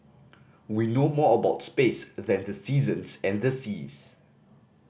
we know more about space than the seasons and the seas